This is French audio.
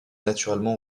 naturellement